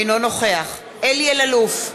אינו נוכח אלי אלאלוף,